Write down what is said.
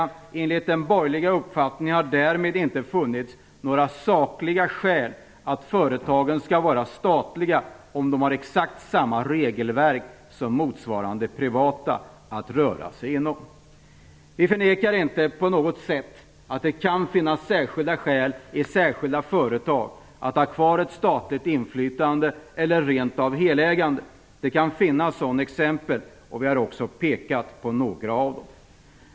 Enligt den borgerliga uppfattningen har det därmed inte funnits några sakliga skäl till att företagen skall vara statliga, om de nu har exakt samma regelverk som motsvarande privata företag att röra sig inom. Vi förnekar inte på något sätt att det kan finnas särskilda skäl att i särskilda företag ha kvar ett statligt inflytande eller rent av ett helägande. Det kan finnas sådana exempel, och vi har också pekat på några av dem.